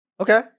Okay